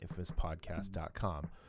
infamouspodcast.com